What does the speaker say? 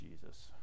Jesus